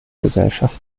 gesellschaft